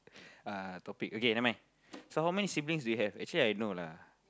uh topic okay never mind so how many siblings do you have actually I know lah